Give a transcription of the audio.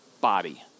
body